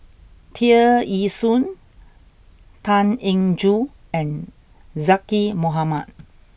Tear Ee Soon Tan Eng Joo and Zaqy Mohamad